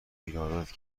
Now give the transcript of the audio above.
ایرادات